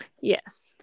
yes